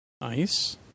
Nice